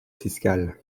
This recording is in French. fiscale